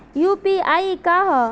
UPI का ह?